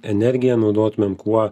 energiją naudotumėm kuo